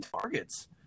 targets